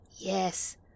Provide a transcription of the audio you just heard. Yes